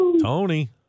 tony